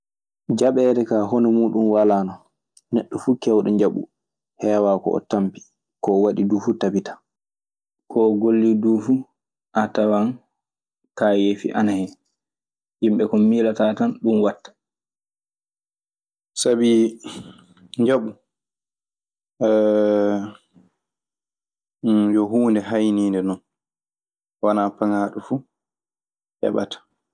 Jaɓede ka hono mun wala non, neɗo fu kewɗo jabu hewa ko o tampi ko o waɗi dum fu tabitan. Koo golli duu fu, a tawan kaayeefi ana hen. Yimɓe ko miilataa tan, ɗun waɗta. Sabi njaɓu yo huunde haayniide noon. Wonaa pangaaɗo fuu heɓata.